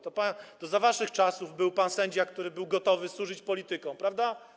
To za waszych czasów był pan sędzia, który był gotowy służyć politykom, prawda?